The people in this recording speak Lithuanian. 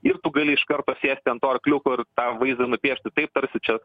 ir tu gali iš karto sėsti ant to arkliuko ir tą vaizdą nupiešti taip tarsi čia